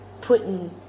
putting